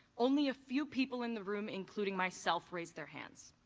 only a few people in the room including myself raised their hands.